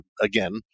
again